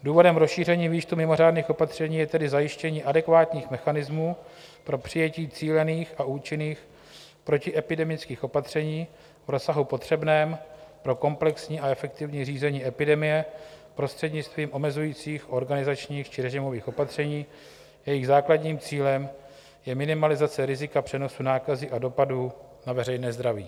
Důvodem rozšíření výčtu mimořádných opatření je tedy zajištění adekvátních mechanismů pro přijetí cílených a účinných protiepidemických opatření v rozsahu potřebném pro komplexní a efektivní řízení epidemie prostřednictvím omezujících, organizačních či režimových opatření, jejichž základním cílem je minimalizace rizika přenosu nákazy a dopadů na veřejné zdraví.